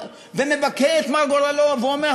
ומבכה את מר גורלו ואומר,